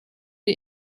die